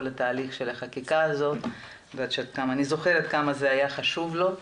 התהליך של החקיקה הזאת ואני זוכרת כמה זה היה חשוב לו.